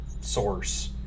source